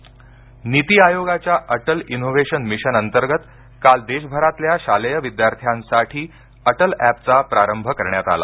Atal app intro Niti आयोगाच्या Atal innovation mission अंतर्गत काल देशभरातल्या शालेय विद्यार्थ्यांसाठी अटल ऍपचा प्रारंभ करण्यात आला